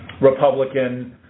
Republican